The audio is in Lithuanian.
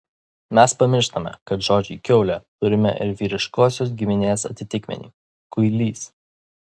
mes pamirštame kad žodžiui kiaulė turime ir vyriškosios giminės atitikmenį kuilys